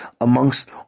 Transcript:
amongst